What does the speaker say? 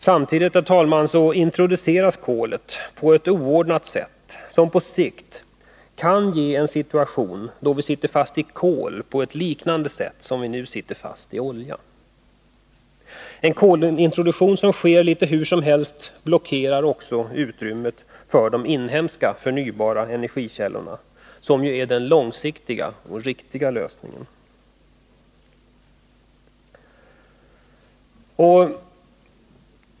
Samtidigt, herr talman, introduceras kolet på ett oordnat sätt, som på sikt kan medföra situationen att vi sitter fast i kol som vi nu sitter fast i olja. En kolintroduktion som sker litet hur som helst blockerar också utrymmet för de inhemska förnybara energikällorna, som ju är den långsiktiga och riktiga lösningen.